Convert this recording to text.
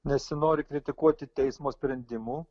nesinori kritikuoti teismo sprendimų